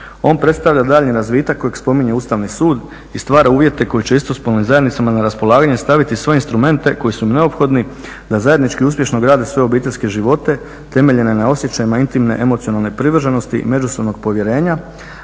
On predstavlja daljnji razvitak kojeg spominje Ustavni sud i stvara uvjete koji će istospolnim zajednicama na raspolaganje staviti sve instrumente koji su neophodni da zajednički uspješno grade svoje obiteljske živote temeljene na osjećajima intimne, emocionalne privrženosti i međusobnog povjerenja,